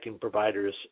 providers